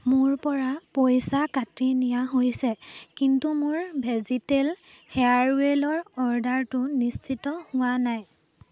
মোৰপৰা পইচা কাটি নিয়া হৈছে কিন্তু মোৰ ভেজিটেল হেয়াৰৱেলৰ অৰ্ডাৰটো নিশ্চিত হোৱা নাই